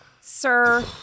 Sir